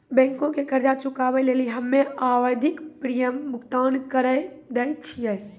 बैंको के कर्जा चुकाबै लेली हम्मे आवधिक प्रीमियम भुगतान करि दै छिये